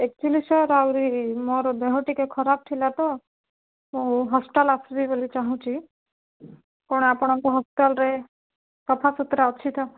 ଏକଚୌଲି sir ଆଉରି ମୋର ଦେହ ଟିକିଏ ଖରାପ ଥିଲା ତ ମୁଁ ହସ୍ପିଟାଲ୍ ଆସିବି ବୋଲି ଚାହୁଁଛି କଣ ଆପଣଙ୍କ ହସ୍ପିଟାଲ୍ରେ ସଫାସୁତରା ଅଛି ତ